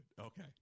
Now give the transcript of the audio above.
Okay